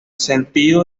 sentido